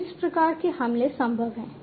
तो इस प्रकार के हमले संभव हैं